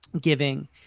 giving